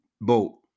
boat